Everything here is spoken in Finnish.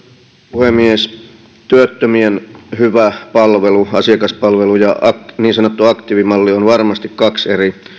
puhemies työttömien hyvä asiakaspalvelu ja niin sanottu aktiivimalli ovat varmasti kaksi eri